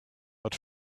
but